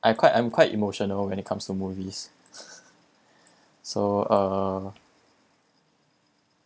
I'm quite I'm quite emotional when it comes to movies so uh